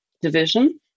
division